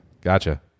gotcha